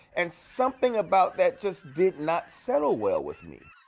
and something about that just did not settle well with me.